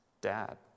dad